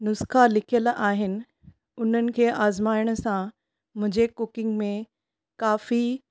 नुस्ख़ा लिखियल आहिनि उन्हनि खे अज़माइण सां मुंहिंजे कुकिंग में काफ़ी